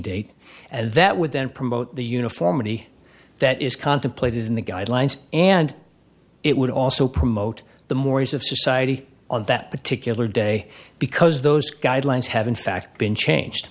date and that would then promote the uniformity that is contemplated in the guidelines and it would also promote the mores of society on that particular day because those guidelines have in fact been changed